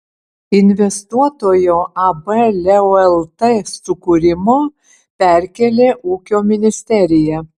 investuotojo ab leo lt sukūrimo perkėlė ūkio ministerija